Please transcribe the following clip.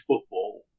football